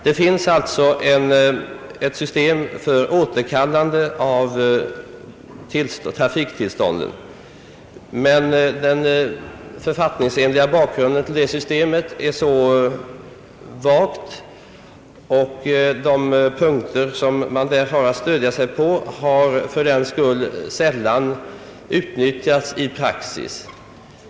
Det finns alltså ett system för återkallande av trafiktillstånd, men den författningsenliga bakgrunden till detta system är vag och de punkter, som man där har att stödja sig på, har fördenskull sällan utnyttjats i praktiken.